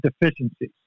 deficiencies